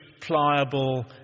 pliable